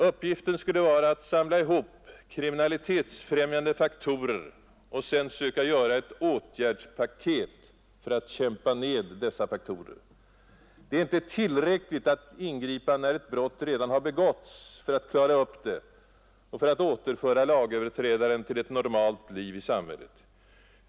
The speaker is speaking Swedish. Uppgiften skulle vara att samla ihop kriminalitetsfrämjande faktorer och sedan söka göra ett åtgärdspaket för att kämpa ned dessa faktorer. Det är inte tillräckligt att ingripa när ett brott redan har begåtts för att klara upp det och för att återföra lagöverträdaren till ett normalt liv i samhället.